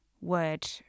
word